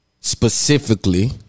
specifically